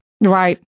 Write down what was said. Right